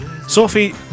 Sophie